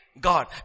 God